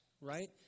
right